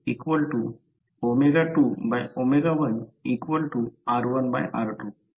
त्याचप्रमाणे वीज प्रकल्पसाठी एक्सर जनित्र वापरा